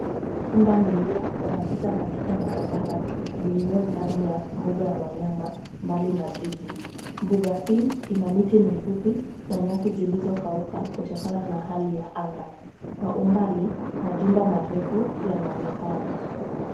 Pundamilia wanapita katika barabara iliyo ndani ya mbuga ya wanyama mbali na jiji. Mbuga hii ina miti mifupi na nyasi zilizokauka kutokana na hali ya anga. Kwa umbali majumba marefu yanaonekana.